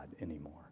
anymore